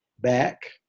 back